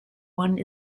one